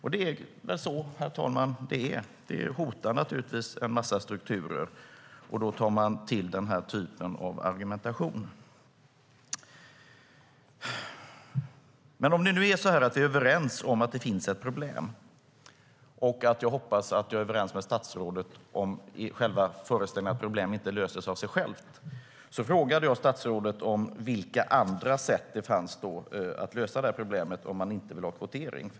Det är väl så det är, herr talman. Det hotar naturligtvis en massa strukturer. Då tar man till den här typen av argumentation. Jag tror att vi nu är överens om att det finns ett problem, och jag hoppas att jag är överens med statsrådet om föreställningen att problem inte löses av sig själva. Jag frågade statsrådet vilka andra sätt det finns att lösa problemet, om man inte vill ha kvotering.